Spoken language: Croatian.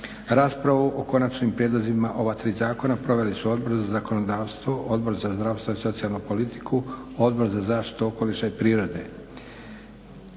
Raspravu o konačnim prijedlozima ova tri zakona proveli su Odbor za zakonodavstvo, Odbor za zdravstvo i socijalnu politiku, Odbor za zaštitu okoliša i prirode.